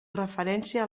referència